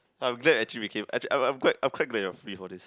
I'm glad actually we came actually I'm I'm quite glad actually you are free for this